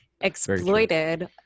exploited